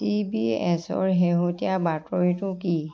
C B এছৰ শেহতীয়া বাতৰিটো কি